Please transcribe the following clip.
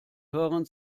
hören